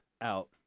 out